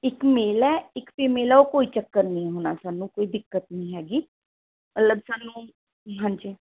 ਇੱਕ ਮੇਲ ਹੈ ਇੱਕ ਫੀਮੇਲ ਹੈ ਉਹ ਕੋਈ ਚੱਕਰ ਨਹੀਂ ਹੋਣਾ ਸਾਨੂੰ ਕੋਈ ਦਿੱਕਤ ਨਹੀਂ ਹੈਗੀ ਮਤਲਬ ਸਾਨੂੰ ਹਾਂਜੀ